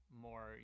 more